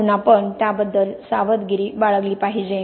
म्हणून आपण त्याबद्दल सावधगिरी बाळगली पाहिजे